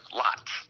lots